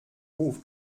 hof